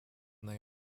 they